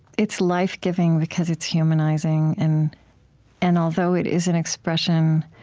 it's life-giving because it's humanizing, and and although it is an expression